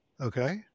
okay